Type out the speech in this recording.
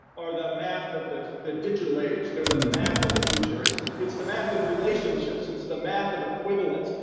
are the math of the the digital age. they're the math of the future. it's it's the math of relationships. it's the math of equivalents.